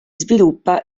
sviluppa